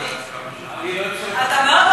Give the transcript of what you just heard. אתה מאוד אוהב להוציא אותי,